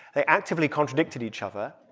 they actively contradicted each other.